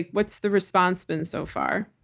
what's the response been so far?